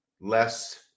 less